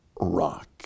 rock